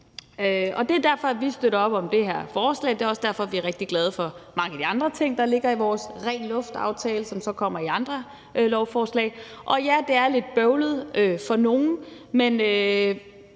Det er derfor, at vi støtter op om det her forslag, og det er også derfor, vi er rigtig glade for mange af de andre ting, der ligger i vores ren luft-aftale, som så bliver udmøntet i andre lovforslag. Og ja, det er lidt bøvlet for nogle, men